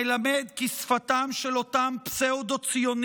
מלמד כי שפתם של אותם פסאודו-ציונים